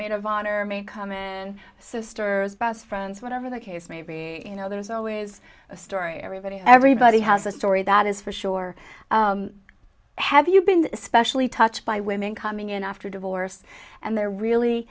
maid of honor i mean come in sisters best friends whatever the case may be you know there is always a story everybody everybody has a story that is for sure have you been especially touched by women coming in after divorce and they're really